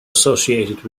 associated